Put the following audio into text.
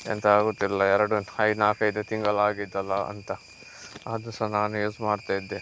ಎಂಥ ಆಗೋದಿಲ್ಲ ಎರಡು ಐದು ನಾಲ್ಕೈದು ತಿಂಗಳು ಆಗಿತ್ತಲ್ಲ ಅಂತ ಅದು ಸಹ ನಾನು ಯೂಸ್ ಮಾಡ್ತಾಯಿದ್ದೆ